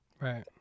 Right